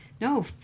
No